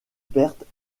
pertes